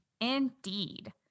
Indeed